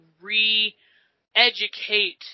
re-educate